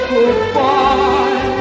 Goodbye